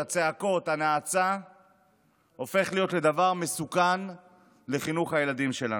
הצעקות והנאצה הופכים לדבר מסוכן לחינוך הילדים שלנו.